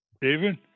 David